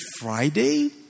Friday